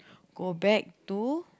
go back to